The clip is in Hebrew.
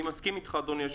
אני מסכים איתך, אדוני.